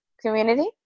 community